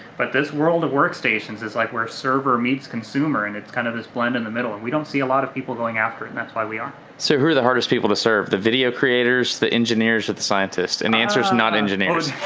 but this world of workstations is like where server meets consumer and it's kind of this blend in the middle. and we don't see a lot of people going after it and that's why we are. so who are the hardest people to serve, the video creators, the engineers, or the scientists? and the answer is not engineers.